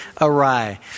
awry